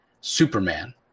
Superman